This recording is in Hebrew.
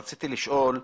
רציתי לשאול.